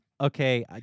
Okay